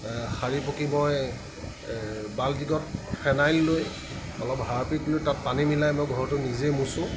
সাৰি পকি মই বাল্টিঙত ফেনাইল লৈ অলপ হাৰ্পিক লৈ তাত পানী মিলাই মই ঘৰটো নিজেই মোচোঁ